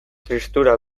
tristura